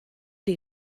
die